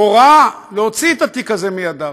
הורה להוציא את התיק הזה מידיו.